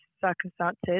circumstances